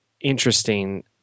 interesting